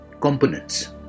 components